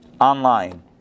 online